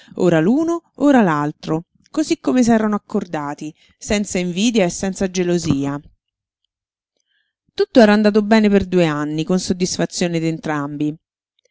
ora l'uno ora l'altro cosí come s'erano accordati senza invidia e senza gelosia tutto era andato bene per due anni con soddisfazione d'entrambi